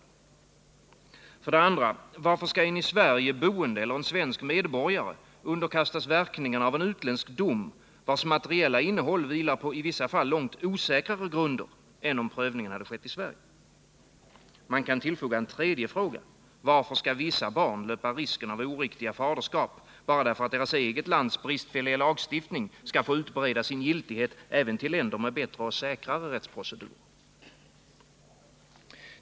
För det andra: Varför skall en i Sverige boende eller en svensk medborgare underkastas verkningarna av en utländsk dom, vars materiella innehåll vilar på i vissa fall långt osäkrare grunder än om prövningen hade skett i Sverige? Man kan tillfoga en tredje fråga: Varför skall vissa barn löpa risken av oriktiga faderskap, bara därför att deras eget lands bristfälliga lagstiftning skall få utbreda sin giltighet även till länder med bättre och säkrare rättsprocedurer?